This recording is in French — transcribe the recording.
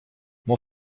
mon